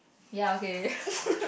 ya okay